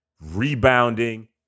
rebounding